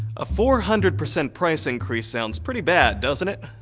a four hundred percent price increase sounds pretty bad, doesn't it?